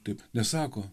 taip nesako